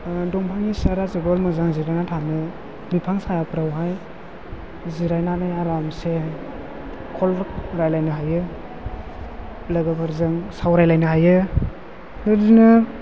दंफांनि सियारा जोबोर मोजां जिरायना थानो बिफां सायाफ्रावहाय जिरायनानै आरामसे खल रायलायनो हायो लोगोफोरजों सावरायलायनो हायो बेबायदिनो